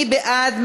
מי בעד?